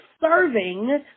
serving